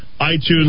iTunes